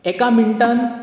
एका मिनटान